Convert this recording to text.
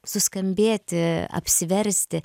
suskambėti apsiversti